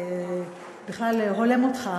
בכלל, הולם אותך